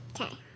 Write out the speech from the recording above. Okay